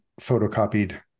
photocopied